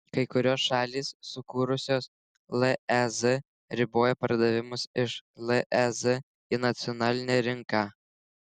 kai kurios šalys sukūrusios lez riboja pardavimus iš lez į nacionalinę rinką